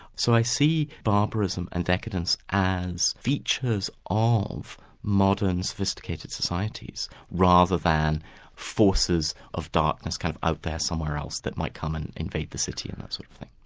so i see barbarism and decadence as features ah of modern sophisticated societies, rather than forces of darkness kind of out there somewhere else that might come and invade the city and that sort of thing.